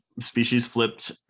species-flipped